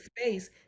space